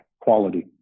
quality